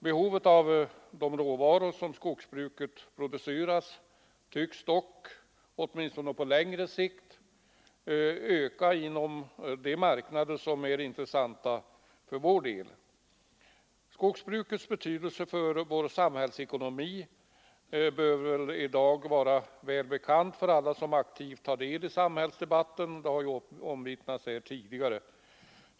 Behovet av de råvaror som skogsbruket producerar tycks dock — åtminstone på längre sikt — öka inom de marknader som är intressanta för oss. Skogsbrukets betydelse för vår samhällsekonomi bör väl i dag vara väl bekant för alla som aktivt tar del i samhällsdebatten, och den har också omvittnats här tidigare.